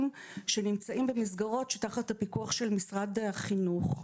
שנמצאים במסגרות שתחת הפיקוח של משרד החינוך.